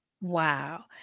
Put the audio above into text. Wow